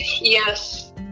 yes